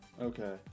Okay